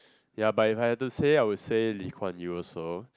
ya but if I had to say I would say Lee Kuan Yew also